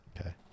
Okay